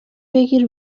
بگیر